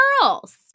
girls